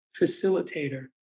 facilitator